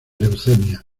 leucemia